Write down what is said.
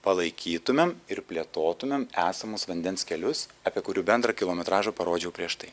palaikytumėm ir plėtotumėm esamus vandens kelius apie kurių bendrą kilometražą parodžiau prieš tai